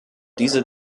diese